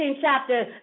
chapter